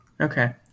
Okay